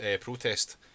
protest